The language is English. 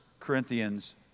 Corinthians